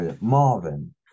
Marvin